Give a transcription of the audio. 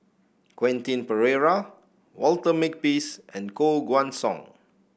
Quentin Pereira Walter Makepeace and Koh Guan Song